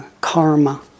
karma